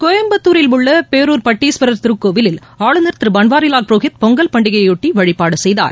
கோயம்புத்தூரில் உள்ள பேரூர் பட்டீஸ்வரர் திருக்கோவிலில் ஆளுநர் திரு பன்வாரிலால் புரோஹித் பொங்கல் பண்டிகையெயொட்டி வழிபாடு செய்தார்